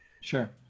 Sure